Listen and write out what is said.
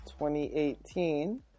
2018